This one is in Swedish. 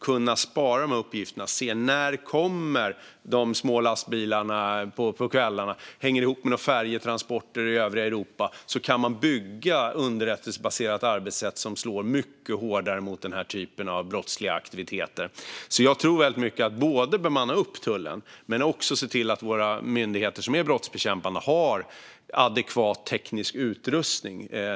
De kan spara uppgifterna och se när de små lastbilarna kommer på kvällarna - hänger det ihop med några färjetransporter i övriga Europa? På det sättet kan de bygga ett underrättelsebaserat arbetssätt som slår mycket hårdare mot den här typen av brottsliga aktiviteter. Jag tror alltså mycket på att både bemanna upp tullen och se till att våra myndigheter som är brottsbekämpande har adekvat teknisk utrustning.